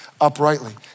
uprightly